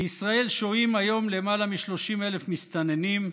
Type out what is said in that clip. בישראל שוהים היום למעלה מ-30,000 מסתננים,